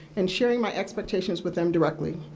and sharing my expectations with them directly.